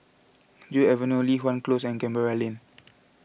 Joo Avenue Li Hwan Close and Canberra Lane